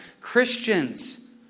Christians